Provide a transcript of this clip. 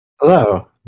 Hello